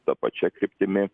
ta pačia kryptimi